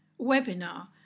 webinar